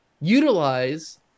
utilize